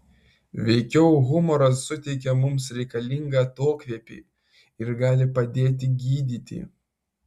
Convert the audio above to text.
veikiau humoras suteikia mums reikalingą atokvėpį ir gali padėti gydyti